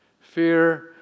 Fear